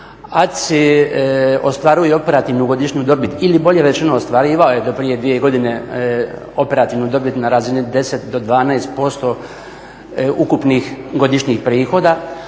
ACI ostvaruje operativnu godišnju dobit ili bolje rečeno ostvarivao je do prije dvije godine operativnu dobit na razini 10% do 12% ukupnih godišnjih prihoda.